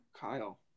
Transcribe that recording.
Kyle